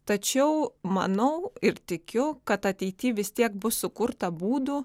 tačiau manau ir tikiu kad ateity vis tiek bus sukurta būdų